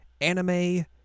anime